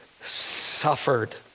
suffered